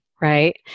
right